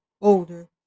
older